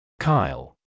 Kyle